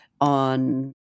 on